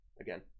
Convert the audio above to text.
again